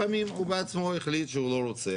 לפעמים הוא בעצמו החליט שהוא לא רוצה.